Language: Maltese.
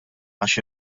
għax